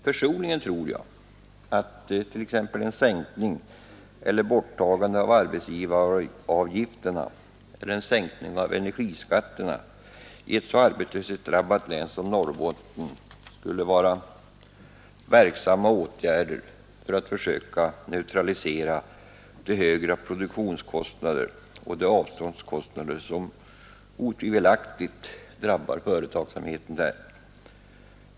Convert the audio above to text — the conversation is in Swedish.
Personligen tror jag att t.ex. en sänkning eller ett borttagande av arbetsgivaravgifterna eller en sänkning av energiskatten i ett så arbetslöshetsdrabbat län som Norrbotten skulle vara verksamma åtgärder för att försöka neutralisera de högre produktionskostnader och de avståndskostnader som otvivelaktigt drabbar företagsamheten där.